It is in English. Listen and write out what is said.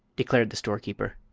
declared the storekeeper.